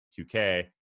2k